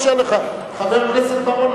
חבר הכנסת בר-און,